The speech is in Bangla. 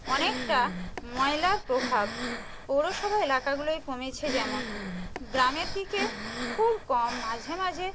অনেকটা ময়লার প্রভাব পৌরসভা এলাকাগুলোয় কমেছে যেমন গ্রামের দিকে খুব কম মাঝে মাঝে